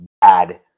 bad